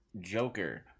Joker